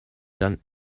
done